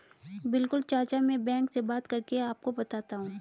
बिल्कुल चाचा में बैंक से बात करके आपको बताता हूं